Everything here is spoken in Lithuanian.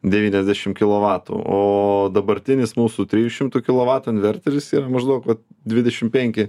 devyniasdešim kilovatų o dabartinis mūsų trijų šimtų kilovatų inverteris yra maždaug vat dvidešim penki